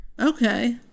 Okay